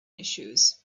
issues